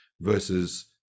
versus